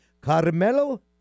Carmelo